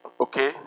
Okay